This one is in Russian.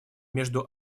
между